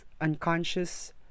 unconscious